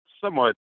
Somewhat